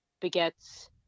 begets